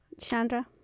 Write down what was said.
Chandra